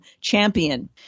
champion